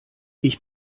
ich